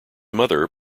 mother